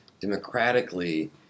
democratically